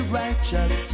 righteous